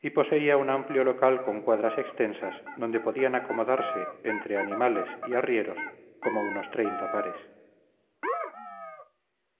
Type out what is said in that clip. y poseía un amplio local con cuadras extensas donde podían acomodarse entre animales y arrieros como unos treinta pares